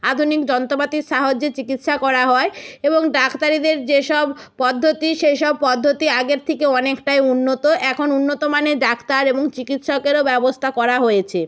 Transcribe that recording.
আধুনিক যন্ত্রপাতির সাহয্যে চিকিৎসা করা হয় এবং ডাক্তারদের যেসব পদ্ধতি সেই সব পদ্ধতি আগের থেকে অনেকটাই উন্নত এখন উন্নতমানের ডাক্তার এবং চিকিৎসকেরও ব্যবস্থা করা হয়েছে